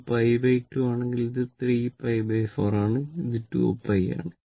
ഇത് π 2 ആണെങ്കിൽ ഇത് 3π 4 ആണ് അത് 2π ആണ്